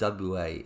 WA